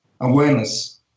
awareness